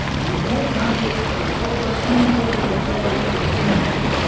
and in poor countries the cost of import of technology is huge.